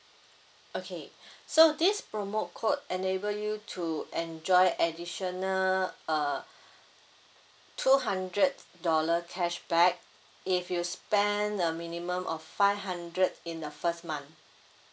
okay so this promo code enable you to enjoy additional uh two hundred dollar cashback if you spend a minimum of five hundred in the first month